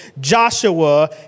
Joshua